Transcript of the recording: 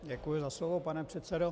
Děkuji za slovo, pane předsedo.